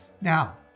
Now